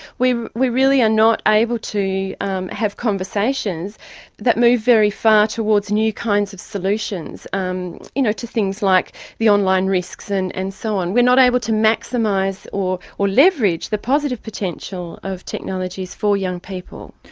we we really are not able to um have conversations that move very far towards new kinds of solutions um you know to things like the online risks and and so on. we're not able to maximise or or leverage the positive potential of technologies for young people.